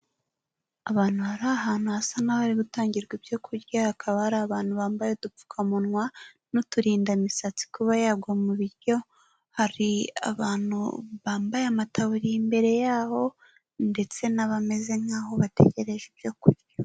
Abantu bari ahantu hasa n'aho hari gutangirwa ibyo kurya, hakaba hari abantu bambaye udupfukamunwa n'uturindamisatsi kuba yagwa mu biryo, hari abantu bambaye amataburiya imbere yabo ndetse n'abameze nk'aho bategereje ibyo kurya.